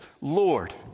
Lord